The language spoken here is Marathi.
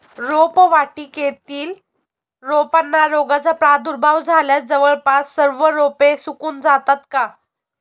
रोपवाटिकेतील रोपांना रोगाचा प्रादुर्भाव झाल्यास जवळपास सर्व रोपे सुकून जातात का?